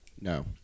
No